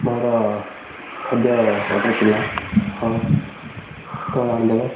ମୋର ଖାଦ୍ୟ ଅର୍ଡ଼ର ଥିଲା ହଁ କେତେବେଳେ ଆଣିଦେବେ